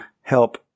help